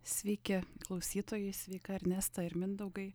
sveiki klausytojai sveika ernesta ir mindaugai